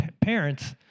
parents